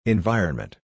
Environment